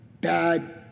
bad